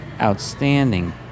outstanding